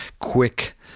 quick